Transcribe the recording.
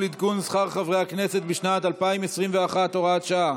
עדכון שכר חברי הכנסת בשנת 2021 (הוראת שעה),